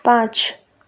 पाँच